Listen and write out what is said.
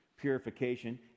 purification